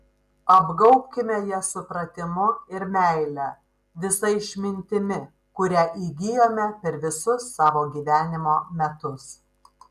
apgaubkime jas supratimu ir meile visa išmintimi kurią įgijome per visus savo gyvenimo metus